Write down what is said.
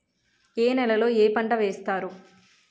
ఏ నేలలో ఏ పంట వేస్తారు?